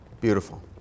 Beautiful